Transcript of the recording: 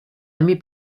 ami